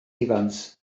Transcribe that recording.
ifans